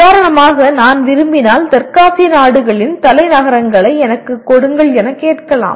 உதாரணமாக நான் விரும்பினால் தெற்காசிய நாடுகளின் தலைநகரங்களை எனக்குக் கொடுங்கள் எனக் கேட்கலாம்